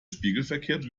spiegelverkehrt